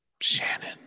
Shannon